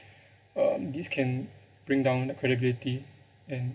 um this can bring down the credibility and